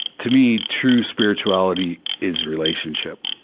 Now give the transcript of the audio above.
to me, true spirituality is relationship.